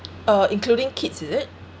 uh including kids is it